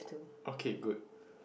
okay good